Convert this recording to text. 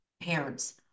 parents